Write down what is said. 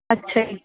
ਅੱਛਾ ਜੀ